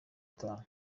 utaha